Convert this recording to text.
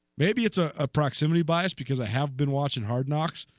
maybe it's a ah proximity buys because i have been watching hard knocks